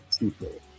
people